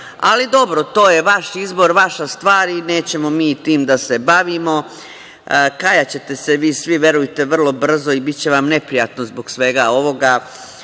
Ali, dobro, to je vaš izbor, vaša stvar i nećemo mi tim da se bavimo. Kajaćete se vi svi, verujte, vrlo brzo i biće vam neprijatno zbog svega ovoga